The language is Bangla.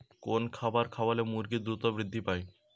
কোন খাবার খাওয়ালে মুরগি দ্রুত বৃদ্ধি পায়?